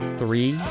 three